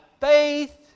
faith